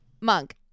monk